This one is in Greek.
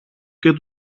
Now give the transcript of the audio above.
και